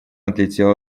отлетел